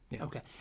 Okay